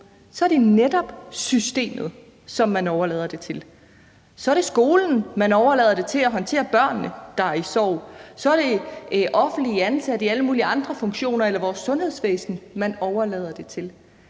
er det netop systemet, som man overlader det til; så er det skolen, man overlader det at håndtere børnene, som er i sorg, til; så er det offentligt ansatte i alle mulige andre funktioner eller vores sundhedsvæsen, man overlader det til.